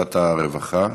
לוועדת הרווחה.